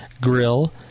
grill